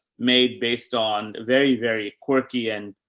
made based on very, very quirky and,